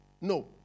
No